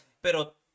Pero